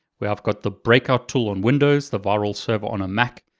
where i've got the breakout tool on windows, the virl server on a mac.